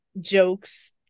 jokes